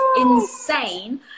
insane